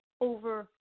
over